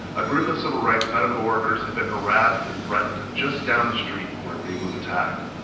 a group of civil rights medical workers had been harassed and threatened just down the street from where reeb was attacked.